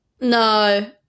No